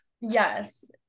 Yes